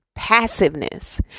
passiveness